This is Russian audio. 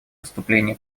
выступления